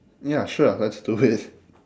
ya sure let's do it